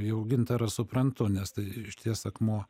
jau gintarą suprantu nes tai išties akmuo